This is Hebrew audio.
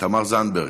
תמר זנדברג,